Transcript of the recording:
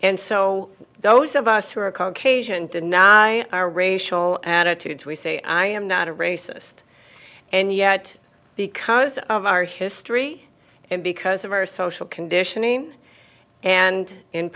and so those of us who are a caucasian to our racial attitudes we say i am not a racist and yet because of our history and because of our social conditioning and in